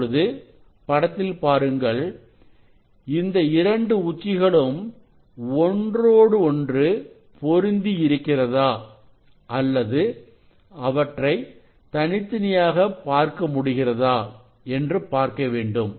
இப்பொழுது படத்தில் பாருங்கள்இந்த இரண்டு உச்சிகளும் ஒன்றோடு ஒன்று பொருந்தி இருக்கிறதா அல்லது அவற்றை தனித்தனியாக பார்க்க முடிகிறதா என்று பார்க்க வேண்டும்